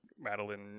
Madeline